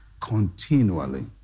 continually